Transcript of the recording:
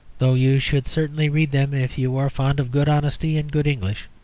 though you should certainly read them if you are fond of good honesty and good english.